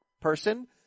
person